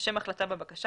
לשם החלטה בבקשה,